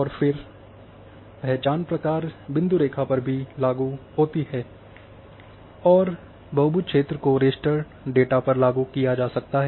और फिर पहचान प्रकार्य बिंदु रेखा पर लागू होती है और बहुभुज क्षेत्र को रास्टर डेटा पर लागू किया जा सकता है